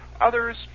others